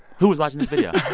who was watching this video?